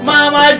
Mama